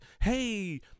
hey